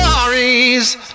stories